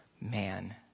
man